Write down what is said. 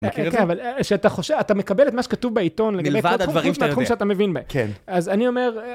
אתה מקבל את מה שכתוב בעיתון לגבי תחום שאתה מבין בהם. אז אני אומר